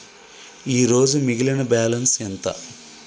ఈరోజు మిగిలిన బ్యాలెన్స్ ఎంత?